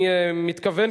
אני מתכוון,